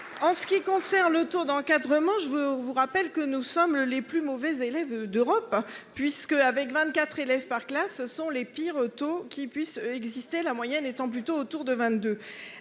en ce qui concerne le taux d'encadrement. Je vous rappelle que nous sommes les plus mauvais élèves d'Europe puisque avec 24 élèves par classe, ce sont les pires taux qui puisse exister, la moyenne étant plutôt autour de 22